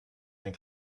ein